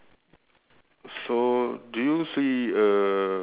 any any difference from your picture